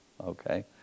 Okay